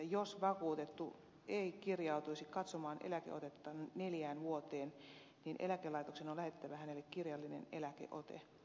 jos vakuutettu ei kirjautuisi katsomaan eläkeotettaan neljään vuoteen eläkelaitoksen on lähetettävä hänelle kirjallinen eläkeote